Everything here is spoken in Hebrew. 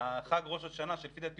(1) ראש השנה לדעתי,